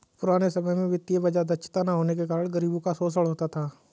पुराने समय में वित्तीय बाजार दक्षता न होने के कारण गरीबों का शोषण होता था